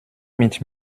mit